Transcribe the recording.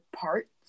parts